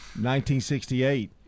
1968